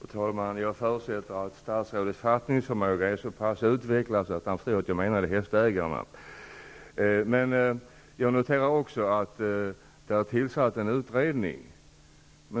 Fru talman! Jag förutsätter att statsrådets fattningsförmåga är så pass utvecklad att han förstår att jag avsåg hästägarna. Jag noterar också att det har tillsatts en utredning.